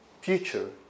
future